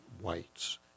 whites